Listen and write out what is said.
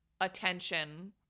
attention-